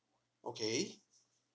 okay